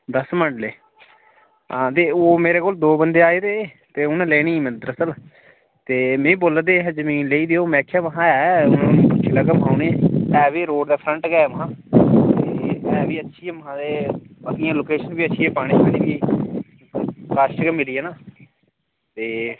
दस मरले हां ते ओह् मेरे कोल दो बंदे आए दे हे ते उ'नें लैनी ही दरअसल ते मिगी बोला दे हे जमीन लेई देओ में आखेआ महां ऐ पुच्छी लैगा उ'नेंई ते ऐ बी रोड़ दा फ्रंट गै ऐ महां बी अच्छी ऐ ते मता ते बाकी लोकेशन बी अच्छी ऐ ते पानी पूनी बी कश गै मिली जाना ते